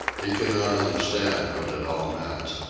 he could not understand what it all meant.